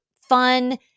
fun